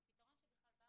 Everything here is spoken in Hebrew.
הוא פתרון שאמר,